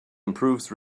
improves